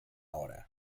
hora